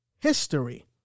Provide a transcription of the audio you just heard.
History